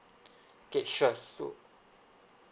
okay sure so